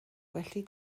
felly